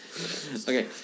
Okay